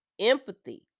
empathy